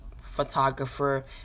photographer